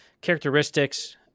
characteristics